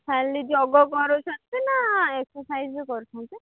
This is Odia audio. ଖାଲି ଯୋଗ କରୁଛନ୍ତି ନା ଏକ୍ସସାଇଜ୍ କରୁଛନ୍ତି